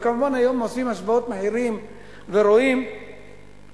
וכמובן היום עושים השוואות מחירים ורואים שבאמת